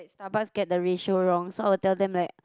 like Starbucks get the ratio wrong so I'll tell them like